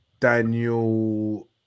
Daniel